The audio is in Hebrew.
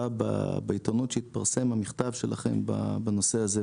בעיתונות שהתפרסם המכתב שלכם בנושא הזה,